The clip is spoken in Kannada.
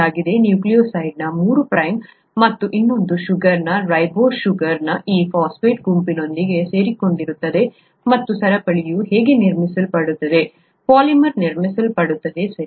ನ್ಯೂಕ್ಲಿಯೊಟೈಡ್ನ ಮೂರು ಪ್ರೈಮ್ ಮತ್ತು ಇನ್ನೊಂದು ಶುಗರ್ನ ರೈಬೋಸ್ ಶುಗರ್ ಈ ಫಾಸ್ಫೇಟ್ ಗುಂಪಿನೊಂದಿಗೆ ಸೇರಿಕೊಂಡಿರುತ್ತದೆ ಮತ್ತು ಸರಪಳಿಯು ಹೇಗೆ ನಿರ್ಮಿಸಲ್ಪಡುತ್ತದೆ ಪಾಲಿಮರ್ ನಿರ್ಮಿಸಲ್ಪಡುತ್ತದೆ ಸರಿ